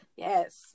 Yes